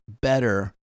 better